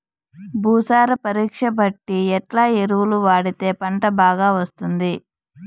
భూసార పరీక్ష బట్టి ఎట్లా ఎరువులు వాడితే పంట బాగా వస్తుంది?